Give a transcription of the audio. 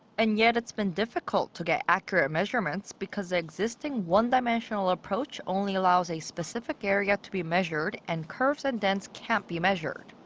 and yet it's been difficult to get accurate measurements because the existing one-dimensional approach only allows a specific area to be measured and curves and dents can't be measured.